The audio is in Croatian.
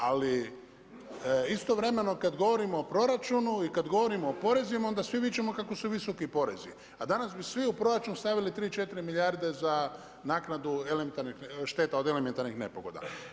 Ali istovremeno kada govorimo o proračunu i kada govorimo o porezima onda svi vičemo kako su visoki porezi a danas bi svi u proračun stavili 3,4 milijarde za naknadu šteta od elementarnih nepogoda.